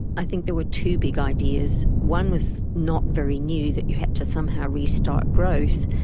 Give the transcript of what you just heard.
i think there were two big ideas. one was not very new, that you had to somehow restart growth.